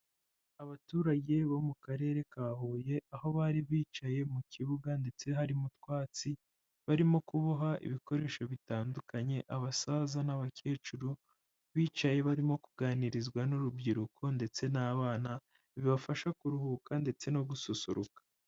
Abaturage bo mu karere ka Huye aho bari bicaye mu kibuga ndetse harimo utwatsi, barimo kuboha ibikoresho bitandukanye abasaza n'abakecuru bicaye barimo kuganirizwa n'urubyiruko ndetse n'abana, bibafasha kuruhuka ndetse no gususuruka.